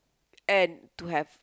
and to have